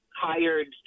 hired